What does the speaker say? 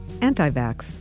anti-vax